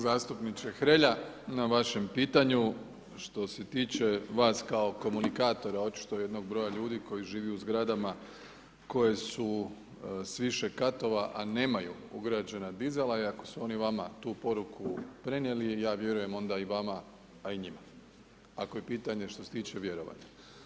Zastupniče Hrelja, na vašem pitanju, što se tiče vas kao komunikatora očito jednog broja ljudi koji živi u zgradama, koje su s više katova, a nemaju ugrađena dizala i ako su oni vama tu poruku prenijeli, ja vjerujem onda i vama, a i njima, ako je pitanje što se tiče vjerovanja.